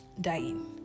dying